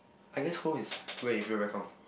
I guess who is where if you arrive from